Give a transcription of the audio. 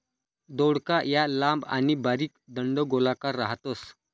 दौडका या लांब आणि बारीक दंडगोलाकार राहतस